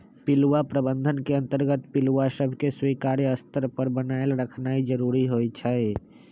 पिलुआ प्रबंधन के अंतर्गत पिलुआ सभके स्वीकार्य स्तर पर बनाएल रखनाइ जरूरी होइ छइ